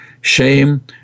Shame